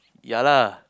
ya lah